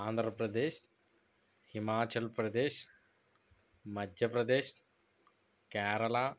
Andhra Pradesh Himachal Pradesh Madhya Pradesh Kerala